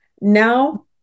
now